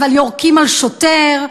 אבל יורקים על שוטר.